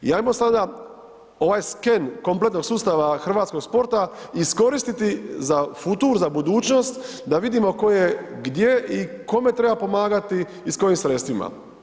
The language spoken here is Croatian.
I hajmo sada ovaj sken kompletnog sustava hrvatskog sporta iskoristiti za futur, za budućnost, da vidimo tko je gdje i kome treba pomagati i s kojim sredstvima.